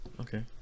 Okay